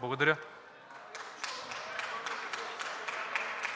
Благодаря.